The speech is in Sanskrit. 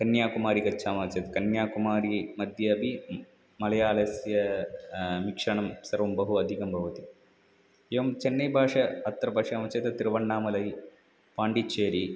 कन्याकुमारीं गच्छामः चेत् कन्याकुमारिमध्ये अपि मलयालस्य मिश्रणं सर्वं बहु अधिकं भवति एवं चन्नैभाषाम् अत्र पश्यामः चेत् तिरुवण्णामलै पाण्डिचेरि